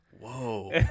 Whoa